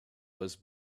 was